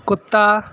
کتا